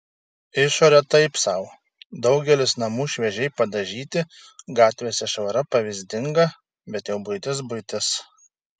išorė taip sau daugelis namų šviežiai padažyti gatvėse švara pavyzdinga bet jau buitis buitis